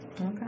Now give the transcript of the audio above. Okay